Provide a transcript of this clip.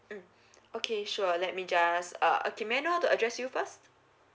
mm okay sure let me just uh okay may I know how to address you first